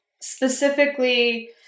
specifically